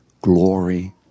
glory